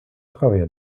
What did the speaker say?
travailla